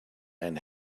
men